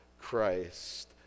Christ